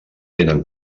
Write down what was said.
tenen